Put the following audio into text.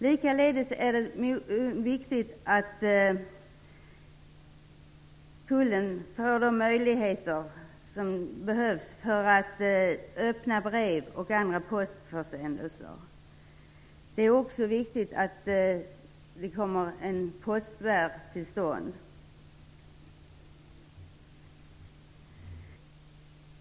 Likaledes är det viktigt att tullen får de möjligheter som behövs för att öppna brev och andra postförsändelser. Det är också viktigt att en postspärr kommer till stånd.